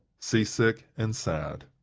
sea-sick and sad.